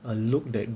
a look that